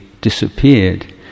disappeared